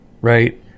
right